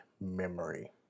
memory